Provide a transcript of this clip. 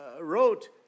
wrote